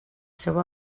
seu